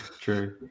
true